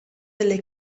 delle